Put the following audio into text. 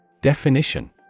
Definition